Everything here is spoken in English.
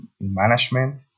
management